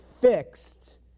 fixed